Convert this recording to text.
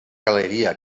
galeria